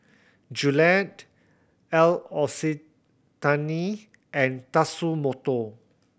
Gillette L'Occitane and Tatsumoto